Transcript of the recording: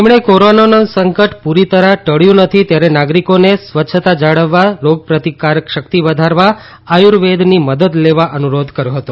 તેમણે કોરોનાનું સંકટ પૂરી રીતે ટબ્યું નથી ત્યારે નાગરિકોને સ્વચ્છતા જાળવવા રોગપ્રતિકારક શક્તિ વધારવા આર્યુવેદની મદદ લેવા અનુરોધ કર્યો હતો